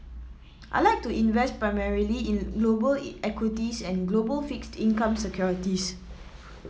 I like to invest primarily in global equities and global fixed income securities